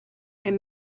and